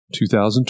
2020